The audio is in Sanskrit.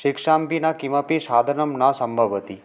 शिक्षां विना किमपि साधनम् न सम्भवति